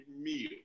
meal